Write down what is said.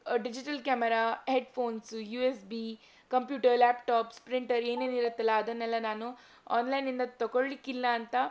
digital camera headphones U S B computer laptops printer ಏನೇನು ಇರುತ್ತಲ್ಲಾ ಅದನ್ನೆಲ್ಲ ನಾನು ಆನ್ಲೈನ್ನಿಂದ ತಗೊಳ್ಳಿಕ್ಕಿಲ್ಲ ಅಂತ